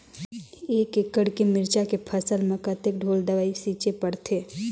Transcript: एक एकड़ के मिरचा के फसल म कतेक ढोल दवई छीचे पड़थे?